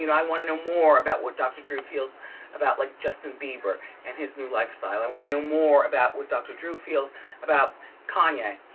you know i wanna know more about what doctor drew feels about, like, justin bieber and his new lifestyle. i wanna know more about what doctor drew feels about kanye.